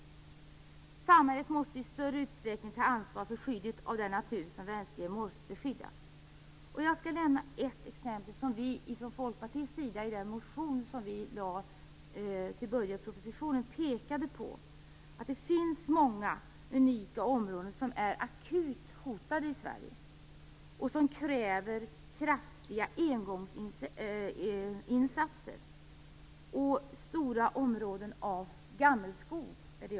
Samhället måste i större utsträckning ta ansvar för skyddet av den natur som verkligen måste skyddas. Jag skall nämna ett exempel. I den motion som vi i Folkpartiet väckt med anledning av budgetpropositionen pekar vi på att det finns många unika områden i Sverige som är akut hotade och som kräver kraftiga insatser. Vad jag syftar på är de stora områdena av gammelskog.